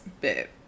bit